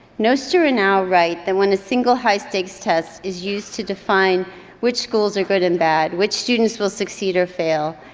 knoester and al write that when a single high-stakes test is used to define which schools are good and bad, which students will succeed or fail,